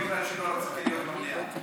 ולא בגלל שלא רציתי להיות במליאה,